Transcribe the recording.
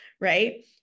right